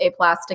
aplastic